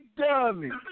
dummy